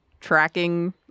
Tracking